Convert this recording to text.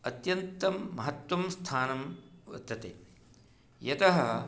अत्यन्तं महत्त्वं स्थानं वर्तते यतः